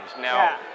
now